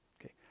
okay